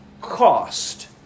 cost